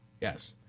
Yes